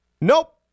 Nope